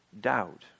doubt